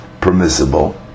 permissible